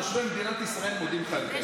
תושבי מדינת ישראל מודים לך יותר.